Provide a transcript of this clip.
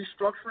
restructuring